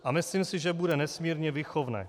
A myslím si, že bude nesmírně výchovné.